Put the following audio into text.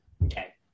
Okay